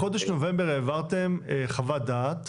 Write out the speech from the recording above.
בחודש נובמבר העברתם חוות דעת